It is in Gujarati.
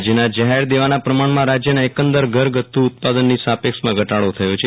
રાજયના જાહેર દેવાના પ્રમાણમાં રાજયના એકંદર ઘરગથ્થુ ઉત્પાદનની સાપેક્ષમાં ઘટાડો થયો છે